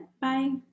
Bye